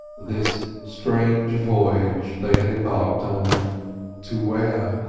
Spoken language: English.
this strange voyage they had embarked on to where?